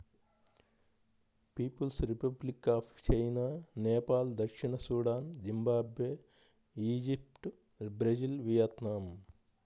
peoples Republic of China, Nepal దక్షిణ Sudan, Zimbabwe, Egypt, Brazil, Vietnam